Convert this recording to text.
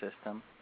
system